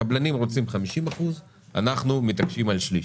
הקבלנים רוצים 50 אחוזים ואנחנו מתעקשים על שליש.